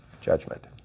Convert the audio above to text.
judgment